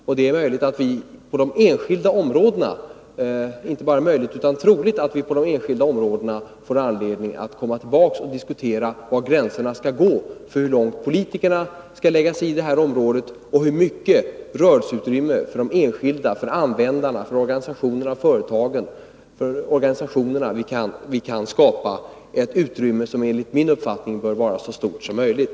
Och det är möjligt och troligt att vi på de skilda områdena får anledning att komma tillbaka och diskutera var gränserna skall gå för hur långt politikerna skall lägga sig i på det här området och hur mycket rörelseutrymme för användarna, de enskilda, organisationerna och företagen, vi kan skapa — ett utrymme som enligt min mening bör vara så stort som möjligt.